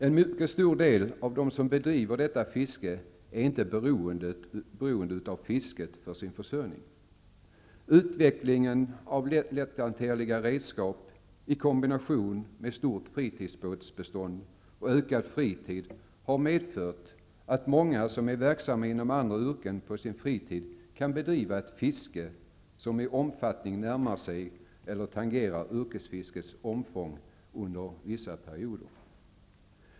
En mycket stor del av dem som bedriver detta fiske är inte beroende av fisket för sin försörjning. Utvecklingen av lätthanterliga redskap i kombination med stort fritidsbåtsbestånd och ökad fritid har medfört att många som är verksamma inom andra yrken kan på sin fritid bedriva ett fiske som i omfattning närmar sig eller tangerar yrkesfiskets omfång under vissa perioder.